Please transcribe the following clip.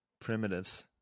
primitives